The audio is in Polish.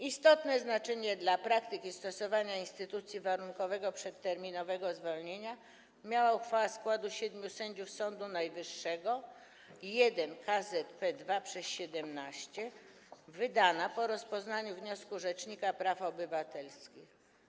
Istotne znaczenie dla praktyki stosowania instytucji warunkowego przedterminowego zwolnienia miała uchwała składu siedmiu sędziów Sądu Najwyższego, I KZP 2/17, wydana po rozpoznaniu wniosku rzecznika praw obywatelskich.